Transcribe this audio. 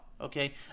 okay